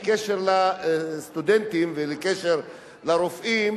בקשר לסטודנטים ובקשר לרופאים,